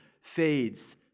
fades